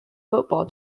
football